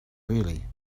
really